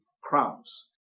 crowns